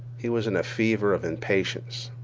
he was in a fever of impatience.